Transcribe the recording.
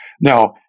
Now